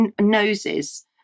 noses